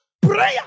prayer